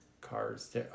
cars